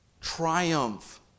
Triumph